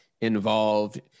involved